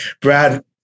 Brad